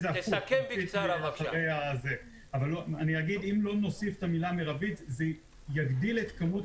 אם לא נוסיף את המילה "מרבית" זה יגדיל את כמות